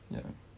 ya